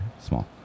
Small